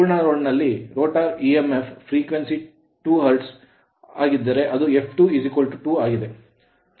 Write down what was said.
ಪೂರ್ಣ load load ನಲ್ಲಿ rotor e m f E M F ನ frequency ಫ್ರಿಕ್ವೆನ್ಸಿ 2 hertz ಹರ್ಟ್ಜ್ ಆಗಿದ್ದರೆ ಅದು f22 ಆಗಿದೆ